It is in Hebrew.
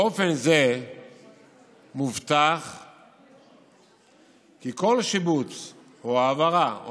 באופן זה מובטח כי כל שיבוץ או העברה או